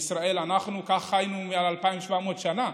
אנחנו חיינו ככה מעל 2,700 שנה,